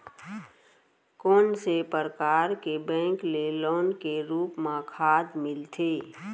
कोन से परकार के बैंक ले लोन के रूप मा खाद मिलथे?